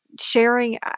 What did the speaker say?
sharing